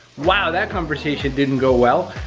wow, that conversation didn't go well.